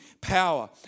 power